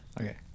Okay